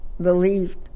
believed